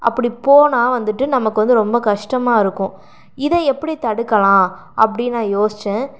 அப்படி போனால் வந்துட்டு நமக்கு வந்து ரொம்ப கஷ்டமாக இருக்குது இதை எப்படி தடுக்கலாம் அப்படின்னு நான் யோசித்தேன்